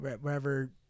wherever